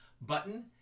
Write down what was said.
button